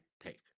take